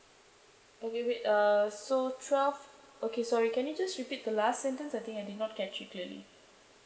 okay wait uh so twelve okay sorry can you just repeat the last sentence I think I did not catch you clearly